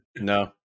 no